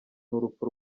n’urupfu